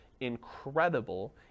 incredible